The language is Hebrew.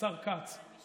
השר כץ.